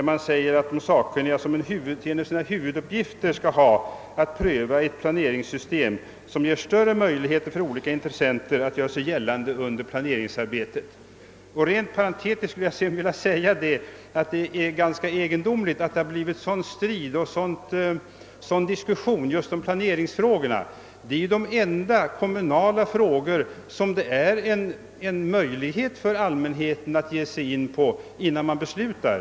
Utskottet framhåller att de sakkunniga »har som en av sina huvuduppgifter att pröva ett planeringssystem som ger större möjligheter för olika intressenter att göra sig gällande under planeringsarbetet». Rent parentetiskt vill jag tillägga att det är ganska egendomligt att det har blivit sådan strid och diskussion just om planeringsfrågorna. Dessa är ju de enda kommunala ärenden som allmänheten har en möjlighet att ge sig in på innan man beslutar.